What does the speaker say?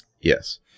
Yes